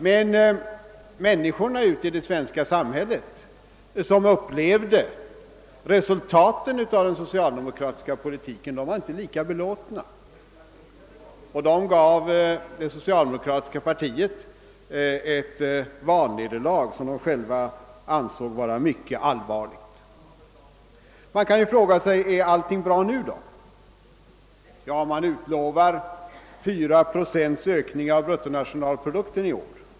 Men människorna i det svenska samhället, som upplevde resultaten av den ekonomiska politiken, var inte lika belåtna, och de gav det socialdemokratiska partiet ett valnederlag, som man också inom partiet ansåg vara mycket allvarligt. Man kan fråga sig: Är allting bra nu då? Ja, man utlovar 4 procent ökning av bruttonationalprodukten i år.